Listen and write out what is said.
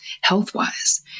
health-wise